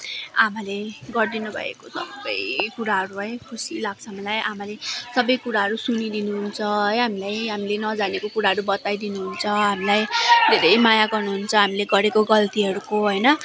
आमाले गरिदिनुभएको सबै कुराहरू है खुसी लाग्छ मलाई आमाले सबै कुराहरू सुनिदिनुहुन्छ है हामीलाई हामीले नजानेको कुराहरू बताइदिनुहुन्छ हामीलाई धेरै माया गर्नुहुन्छ हामीले गरेको गल्तीहरूको होइन